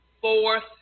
fourth